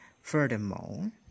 Furthermore